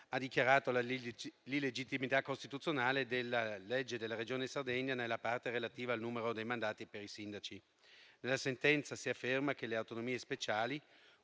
ha dichiarato l'illegittimità costituzionale della legge della Regione Sardegna nella parte relativa al numero dei mandati per i sindaci. Nella sentenza si afferma che le autonomie speciali,